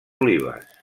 olives